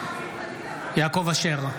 בעד יעקב אשר,